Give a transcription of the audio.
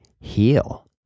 heal